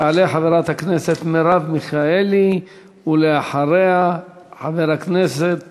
תעלה חברת הכנסת מרב מיכאלי, ואחריה, חבר הכנסת